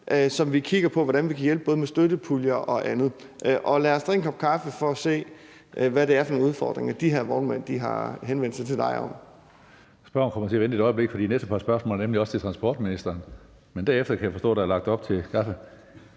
som vi kigger på, hvordan vi kan hjælpe både med støttepuljer og andet. Lad os drikke en kop kaffe og se, hvad det er for nogle udfordringer, de her vognmænd har henvendt sig til dig om.